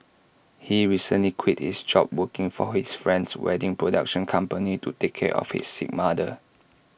he recently quit his job working for his friend's wedding production company to take care of his sick mother